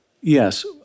Yes